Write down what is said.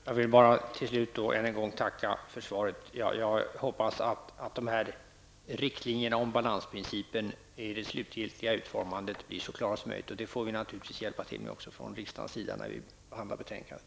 Herr talman! Jag vill än en gång tacka för svaret. Jag hoppas att dessa riktlinjer om balansprincipen i den slutliga utformningen blir så klara som möjligt. Detta får naturligtvis också riksdagen hjälpa till med vid behandlingen av betänkandet.